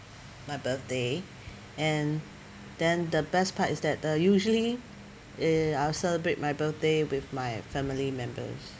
my birthday and then the best part is that uh usually eh I'll celebrate my birthday with my family members